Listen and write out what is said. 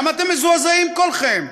למה אתם מזועזעים כולכם?